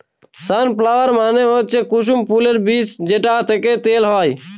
সান flower মানে হচ্ছে কুসুম ফুলের বীজ যেটা থেকে তেল হয়